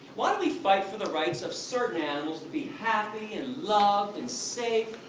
why do we fight for the rights of certain animals, to be happy and loved and safe?